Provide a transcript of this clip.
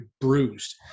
bruised